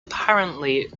apparently